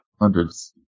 Hundreds